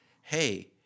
hey